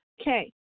Okay